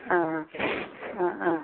अह अह अह